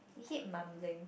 we keep mumbling